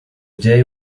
day